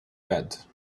bed